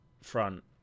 front